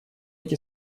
эти